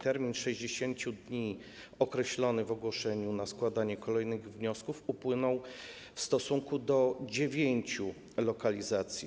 Termin 60 dni określony w ogłoszeniu na składanie kolejnych wniosków upłynął w stosunku do dziewięciu lokalizacji.